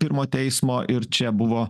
pirmo teismo ir čia buvo